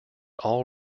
all